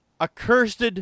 accursed